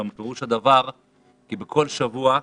אולם פירוש הדבר כי בכל שבוע מצטרפים,